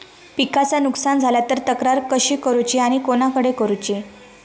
पिकाचा नुकसान झाला तर तक्रार कशी करूची आणि कोणाकडे करुची?